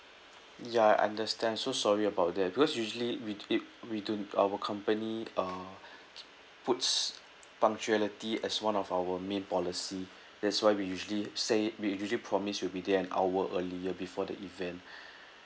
ya understand so sorry about that because usually we it we don't our company uh puts punctuality as one of our main policy that's why we usually say we usually promise we'll be there an hour earlier before the event